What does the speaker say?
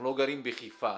אנחנו לא גרים בחיפה,